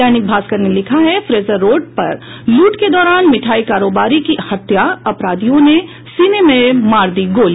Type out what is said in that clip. दैनिक भास्कर ने लिखा है फ्रेजर रोड पर लूट के दौरान मिठाई कारोबारी की हत्या अपराधियों ने सीने में मार दी गोली